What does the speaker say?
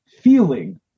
feeling